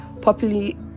Popularly